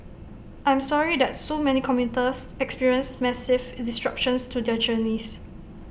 I'm sorry that so many commuters experienced massive disruptions to their journeys